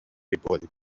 ripoll